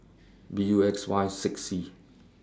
B U X Y six C